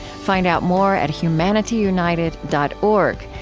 find out more at humanityunited dot org,